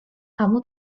kamu